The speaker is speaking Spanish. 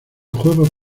juego